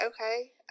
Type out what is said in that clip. okay